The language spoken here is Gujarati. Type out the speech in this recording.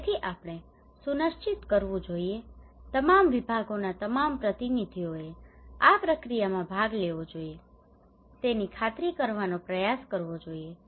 તેથી આપણે સુનિશ્ચિત કરવું જોઈએ તમામ વિભાગોના તમામ પ્રતિનિધિઓએ આ પ્રક્રિયામાં ભાગ લેવો જોઈએ તેની ખાતરી કરવાનો પ્રયાસ કરવો જોઈએ